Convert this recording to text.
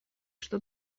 что